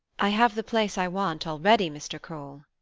i have the place i want, already, mr. kroll.